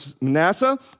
Manasseh